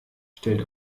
stellt